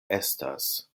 estas